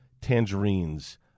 tangerines